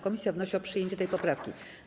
Komisja wnosi o przyjęcie tej poprawki.